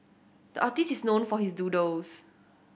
the artist is known for his doodles